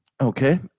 Okay